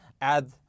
add